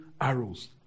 arrows